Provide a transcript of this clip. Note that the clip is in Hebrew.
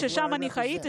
שם חייתי,